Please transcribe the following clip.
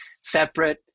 separate